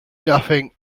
nothing